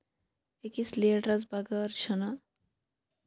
أکِس لیٖڈرَس بَغٲر چھُنہٕ